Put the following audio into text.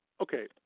Okay